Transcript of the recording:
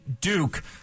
Duke